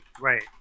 Right